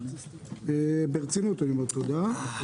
ברצינות אני אומר תודה.